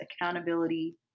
accountability